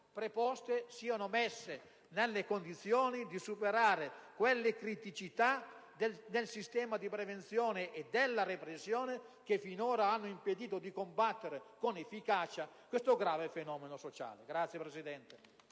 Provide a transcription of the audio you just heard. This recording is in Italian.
siano messe nelle condizioni di superare le criticità del sistema di prevenzione e di repressione che finora hanno impedito di combattere con efficacia questo grave fenomeno sociale.